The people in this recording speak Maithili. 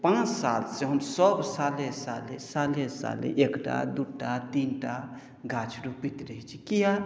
पाँच सालसँ हमसभ सादे सादे साले साले एक टा दू टा तीन टा गाछ रोपैत रहैत छी किया